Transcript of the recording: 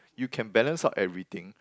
you can balance out everything